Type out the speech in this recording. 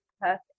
perfect